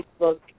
Facebook